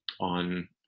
on